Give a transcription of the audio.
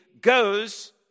goes